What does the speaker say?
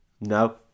No